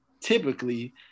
typically